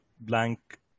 blank